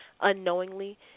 unknowingly